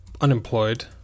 unemployed